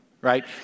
right